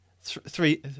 three